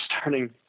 starting